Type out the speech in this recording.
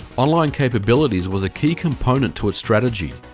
online capabilities was a key component to a strategy.